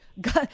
God